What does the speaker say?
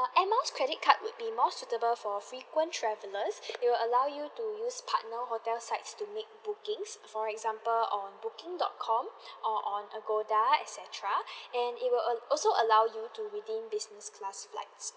err air miles credit card would be more suitable for frequent travellers it will allow you to use partner hotel sites to make bookings for example on booking dot com or on agoda et cetera and it will all~ also allow you to redeem business class flights